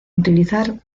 utilizar